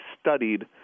studied